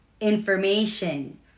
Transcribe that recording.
information